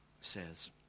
says